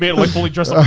like fully dress ah